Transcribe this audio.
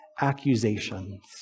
accusations